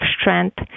strength